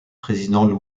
président